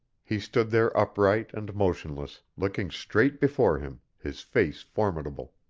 he stood there upright and motionless, looking straight before him, his face formidable.